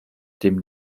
dem